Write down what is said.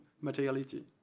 materiality